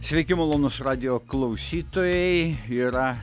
sveiki malonūs radijo klausytojai yra